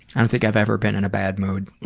i don't think i've ever been in a bad mood.